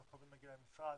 לא חייבים להגיע למשרד,